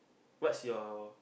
what's your